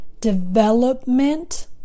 development